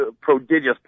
prodigious